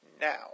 now